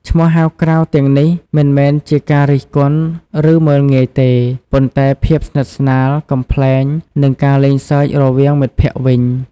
ឈ្មោះហៅក្រៅទាំងនេះមិនមែនជាការរិះគន់ ឬមើលងាយទេ ប៉ុន្តែភាពស្និទ្ធស្នាល កំប្លែង និងការលេងសើចរវាងមិត្តភក្ដិវិញ។